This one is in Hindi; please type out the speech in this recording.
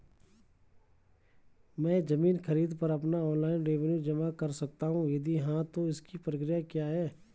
मैं ज़मीन खरीद पर अपना ऑनलाइन रेवन्यू जमा कर सकता हूँ यदि हाँ तो इसकी प्रक्रिया क्या है?